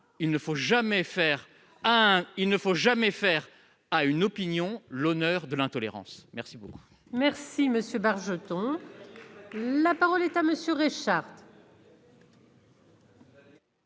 il ne faut jamais faire à une opinion l'honneur de l'intolérance. Je vous